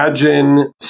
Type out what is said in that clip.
imagine